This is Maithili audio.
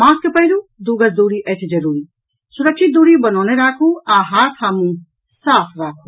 मास्क पहिरू दू गज दूरी अछि जरूरी सुरक्षित दूरी बनौने राखू आओर हाथ आ मुंह साफ राखू